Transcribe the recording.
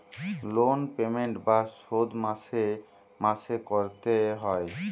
loan payment বা শোধ মাসে মাসে করতে এ হয়